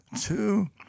Two